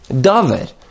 David